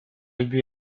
ubu